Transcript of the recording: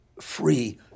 free